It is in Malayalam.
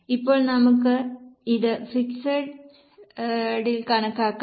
ഇപ്പോൾ നമുക്ക് ഇത് ഫിക്സഡ് ഇൽ കണക്കാക്കാം